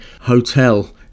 hotel